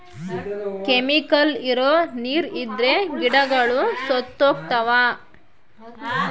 chemical ಇರೋ ನೀರ್ ಇದ್ರೆ ಗಿಡಗಳು ಸತ್ತೋಗ್ತವ